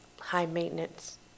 high-maintenance